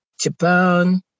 Japan